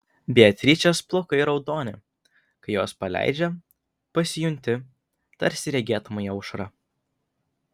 beatričės plaukai raudoni kai juos paleidžia pasijunti tarsi regėtumei aušrą